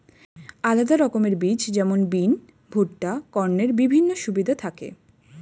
আলাদা রকমের বীজ যেমন বিন, ভুট্টা, কর্নের বিভিন্ন সুবিধা থাকি